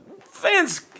fans